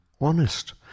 Honest